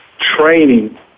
training